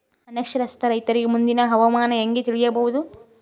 ಅನಕ್ಷರಸ್ಥ ರೈತರಿಗೆ ಮುಂದಿನ ಹವಾಮಾನ ಹೆಂಗೆ ತಿಳಿಯಬಹುದು?